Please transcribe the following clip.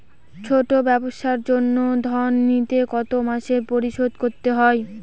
ছোট ব্যবসার জন্য ঋণ নিলে কত মাসে পরিশোধ করতে হয়?